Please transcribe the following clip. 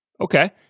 Okay